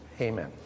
Amen